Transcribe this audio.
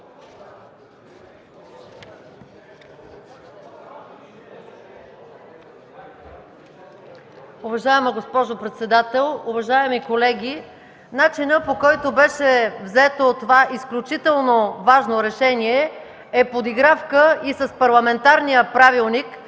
Уважаема госпожо председател, уважаеми колеги! Начинът, по който беше взето това изключително важно решение, е подигравка и с парламентарния правилник,